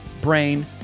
brain